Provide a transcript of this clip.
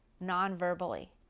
non-verbally